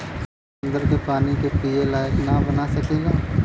समुन्दर के पानी के पिए लायक ना बना सकेला